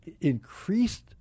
increased